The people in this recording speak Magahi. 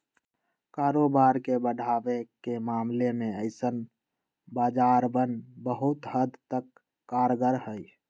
कारोबार के बढ़ावे के मामले में ऐसन बाजारवन बहुत हद तक कारगर हई